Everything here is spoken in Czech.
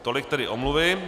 Tolik tedy omluvy.